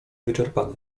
wyczerpany